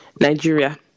Nigeria